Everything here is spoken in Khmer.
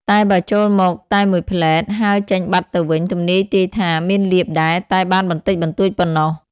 តែបើចូលមកតែមួយភ្លែត ហើរចេញបាត់ទៅវិញ ទំនាយទាយថា មានលាភដែរ តែបានបន្តិចបន្តួចប៉ុណ្ណោះ ។